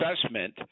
assessment